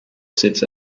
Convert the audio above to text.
sits